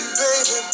baby